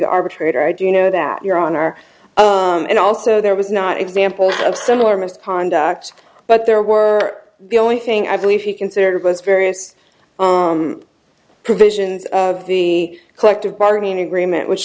the arbitrator i do know that your honor and also there was not examples of similar misconduct but there were the only thing i believe he considered was various provisions of the collective bargaining agreement which